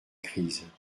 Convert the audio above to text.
crise